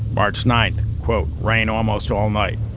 march nine, quote, rain almost all night.